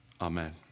amen